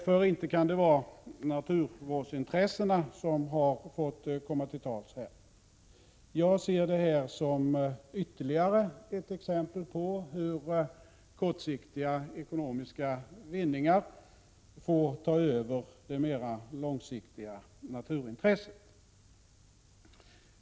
Det kan ju inte vara naturvårdsintressena som har fått komma till tals i det här sammanhanget. Jag ser detta som ytterligare ett exempel på hur kortsiktiga ekonomiska vinningar får ta över det mera långsiktiga naturintresset.